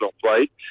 flight